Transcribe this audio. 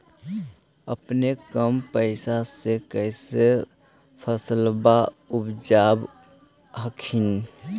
अपने कम पैसा से कैसे फसलबा उपजाब हखिन?